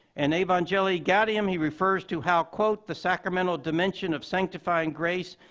and evangelii gaudium, he refers to how, quote, the sacramental dimensions of sanctifying grace,